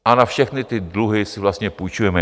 A na všechny ty dluhy si vlastně půjčujeme.